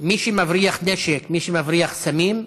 מי שמבריח נשק, מי שמבריח סמים,